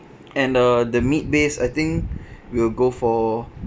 and uh the meat base I think we'll go for